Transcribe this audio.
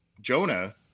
Jonah